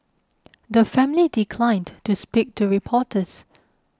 the family declined to speak to reporters